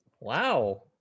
Wow